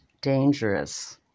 dangerous